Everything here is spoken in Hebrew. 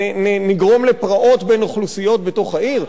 אני התנגדתי תמיד למדיניות הגבול הפתוח עם מצרים.